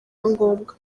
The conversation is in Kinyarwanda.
ngombwa